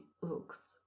looks